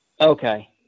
Okay